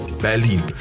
Berlin